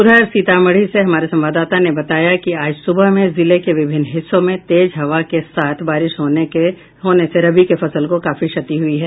उधर सीतामढ़ी से हमारे संवाददाता ने बताया है कि आज सुबह में जिले के विभिन्न हिस्सों में तेज हवा के साथ बारिश होने से रबी फसल को काफी क्षति हुई है